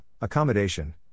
accommodation